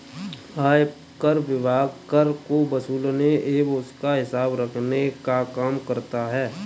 आयकर विभाग कर को वसूलने एवं उसका हिसाब रखने का काम करता है